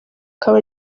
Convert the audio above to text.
akaba